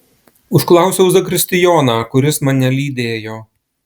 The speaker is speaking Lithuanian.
užklausiau zakristijoną kuris mane lydėjo